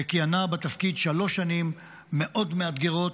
וכיהנה בתפקיד שלוש שנים מאוד מאתגרות,